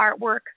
artwork